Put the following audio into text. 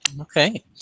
Okay